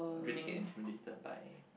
really get intimidated by